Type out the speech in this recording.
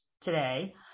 today